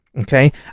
okay